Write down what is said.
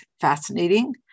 fascinating